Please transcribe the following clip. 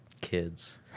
kids